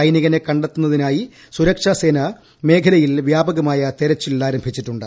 സൈനികനെ കണ്ടെത്തുന്നതിനായി സുരക്ഷാസേന മ്മേഖലയിൽ വ്യാപകമായ തിരച്ചിൽ ആരംഭിച്ചിട്ടുണ്ട്